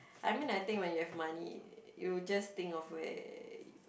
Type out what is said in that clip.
I mean I think when you have money you just think of where